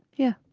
yeah.